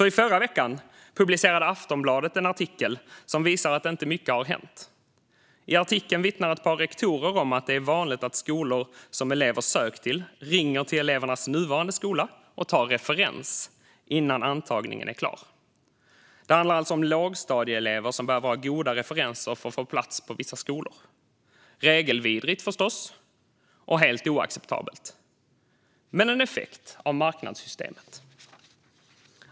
I förra veckan publicerade Aftonbladet en artikel som visar att inte mycket har hänt. I artikeln vittnar ett par rektorer om att det är vanligt att skolor som elever har sökt till ringer till elevernas nuvarande skolor och tar referens innan antagningen är klar. Det handlar alltså om lågstadieelever som behöver ha goda referenser för att få plats på vissa skolor. Det är förstås regelvidrigt och helt oacceptabelt - men en effekt av marknadssystemet.